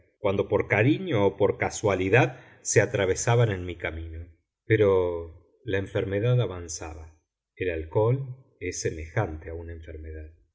cuando por cariño o por casualidad se atravesaban en mi camino pero la enfermedad avanzaba el alcohol es semejante a una enfermedad